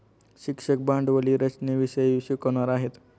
शिक्षक भांडवली रचनेविषयी शिकवणार आहेत